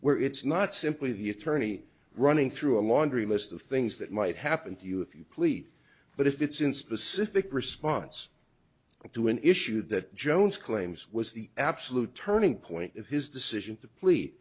where it's not simply the attorney running through a laundry list of things that might happen to you if you please but if it's in specific response to an issue that jones claims was the absolute turning point in his decision t